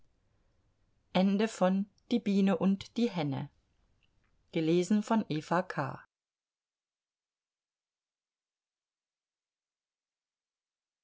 die biene und die henne